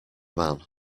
man